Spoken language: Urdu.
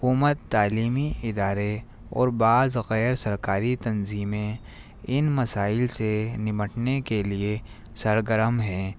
حکومت تعلیمی ادارے اور بعض غیر سرکاری تنظیمیں ان مسائل سے نمٹنے کے لیے سرگرم ہیں